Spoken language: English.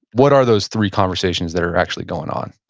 what are those three conversations that are actually going on?